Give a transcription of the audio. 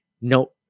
No